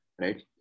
right